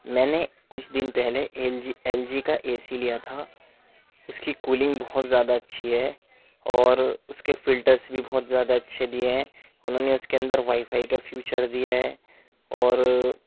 میں نے کچھ دن پہلے ایل جی ایل جی کا اے سی لیا تھا اس کی کولنگ بہت زیادہ اچھی ہے اور اس کے فلٹرس بھی بہت زیادہ اچھے دئے ہیں انہوں نے اس کے اندر وائی فائی کا فیوچر دیا ہے اور